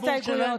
אין הסתייגויות,